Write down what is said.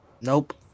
Nope